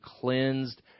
cleansed